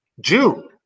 June